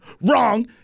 Wrong